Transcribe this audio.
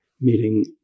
meeting